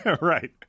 Right